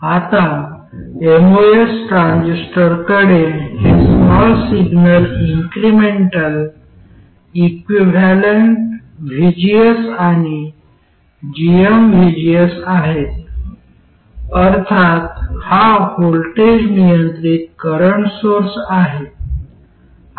आता एमओएस ट्रान्झिस्टरकडे हे small signal incremental equivalent vgs आणि gmvgs आहेत अर्थात हा व्होल्टेज नियंत्रित करंट सोर्स आहे